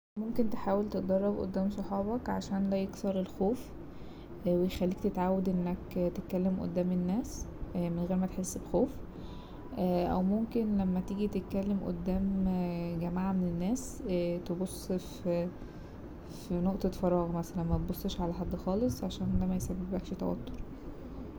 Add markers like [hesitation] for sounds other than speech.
ممكن تحاول تتدرب قدام صحابك عشان ده يكسر الخوف ويخليك تتعود انك تتكلم قدام الناس من غير ما تحس بخوف أو ممكن لما تيجي تتكلم قدام [hesitation] جماعة من الناس تبص في- في نقطة فراغ مثلا متبصش على حد خالص عشان ده ميسببلكش توتر.